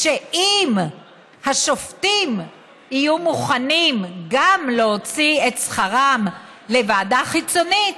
שאם השופטים יהיו מוכנים גם הם להוציא את שכרם לוועדה חיצונית,